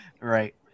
right